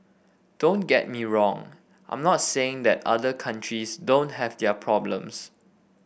don't get me wrong I'm not saying that other countries don't have their problems